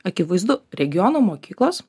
akivaizdu regionų mokyklos